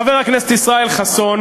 חבר הכנסת ישראל חסון